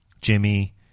Jimmy